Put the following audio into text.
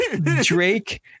Drake